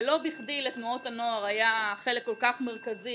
ולא בכדי לתנועות הנוער היה חלק כל כך מרכזי